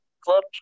Club